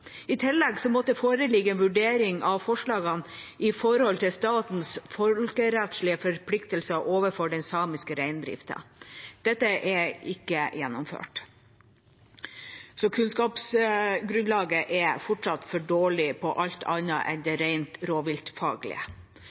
I tillegg måtte det foreligge en vurdering av forslagene i forhold til statens folkerettslige forpliktelser overfor den samiske reindriften. Dette er ikke gjennomført, så kunnskapsgrunnlaget er fortsatt for dårlig når det gjelder alt annet enn det rent rovviltfaglige.